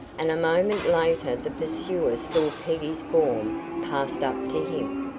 and a moment later the pursuers saw peggy's form passed up to him.